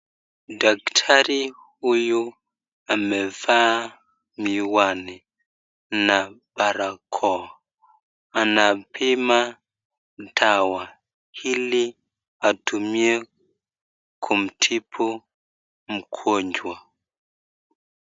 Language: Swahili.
Daktari huyu amevaa miwani na barakoa. Anapima dawa ili atumie kumtibu mgonjwa.